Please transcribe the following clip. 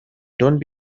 don’t